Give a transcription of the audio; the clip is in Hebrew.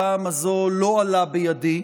הפעם הזו לא עלה בידי,